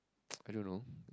I don't know